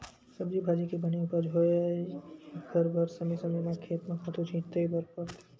सब्जी भाजी के बने उपज होवय ओखर बर समे समे म खेत म खातू छिते बर परही